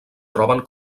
troben